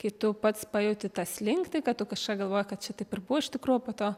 kai tu pats pajauti tą slinktį kad tu kažką galvoji kad čia taip ir buvo iš tikrųjų po to